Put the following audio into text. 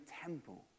temple